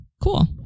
cool